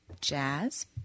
jazz